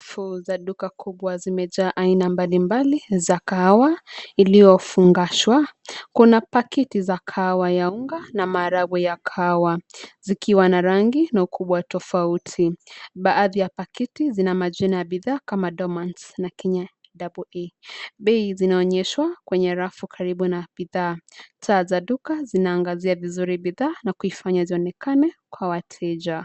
Rafu za duka kubwa zimejaa aina mbalimbali za kahawa iliyofungashwa. Kuna pakiti za kawaha ya unga na maharagwe ya kahawa, zikiwa na rangi na ukubwa tofauti. Baadhi ya pakiti zina majina ya bidhaa kama Dormans na Kenya double A. Bei zinaonyeshwa kwenye rafu karibu na bidhaa. Taa za duka zinaangazia vizuri bidhaa na kuifanya zionekana kwa wateja.